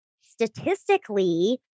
statistically